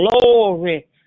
glory